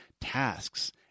tasks